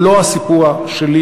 הוא לא הסיפור שלי",